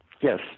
Yes